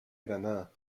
granada